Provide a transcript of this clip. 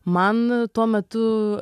man tuo metu